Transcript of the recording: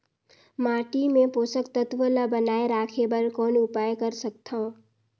माटी मे पोषक तत्व ल बनाय राखे बर कौन उपाय कर सकथव?